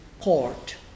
court